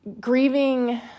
grieving